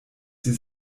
die